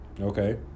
Okay